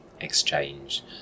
exchange